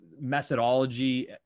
methodology